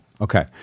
Okay